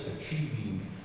achieving